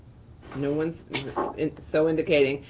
no, one's so indicating.